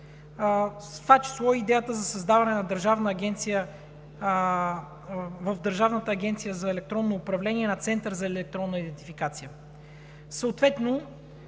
това число и идеята за създаване в Държавна агенция „Електронно управление“ на център за електронна идентификация,